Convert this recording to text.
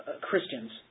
Christians